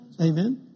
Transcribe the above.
Amen